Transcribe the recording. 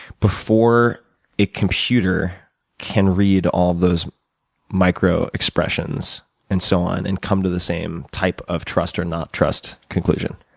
before a computer can read all those micro expressions and so on and come to the same type of trust or not trust conclusion?